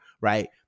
right